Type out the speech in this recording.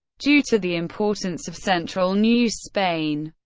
due to the importance of central new spain,